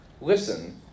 Listen